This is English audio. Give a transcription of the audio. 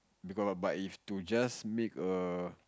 because but if to just make a